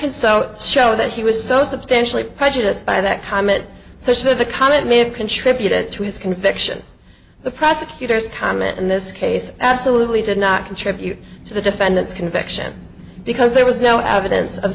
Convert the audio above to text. can so show that he was so substantially prejudiced by that comment so should the con it may have contributed to his conviction the prosecutor's comment in this case absolutely did not contribute to the defendant's conviction because there was no evidence of